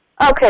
Okay